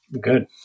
Good